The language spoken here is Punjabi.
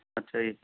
ਅੱਛਾ ਜੀ